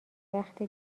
وقت